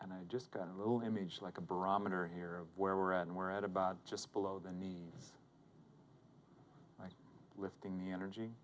and i just got a little image like a barometer here of where we're at and we're at about just below the needs lifting the energy